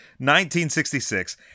1966